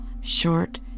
short